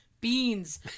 beans